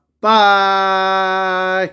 Bye